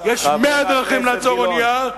יש מאה דרכים לעצור אונייה,